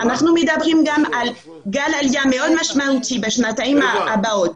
אנחנו מדברים גם על גל עלייה מאוד משמעותי בשנתיים הבאות